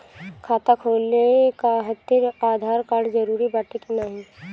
खाता खोले काहतिर आधार कार्ड जरूरी बाटे कि नाहीं?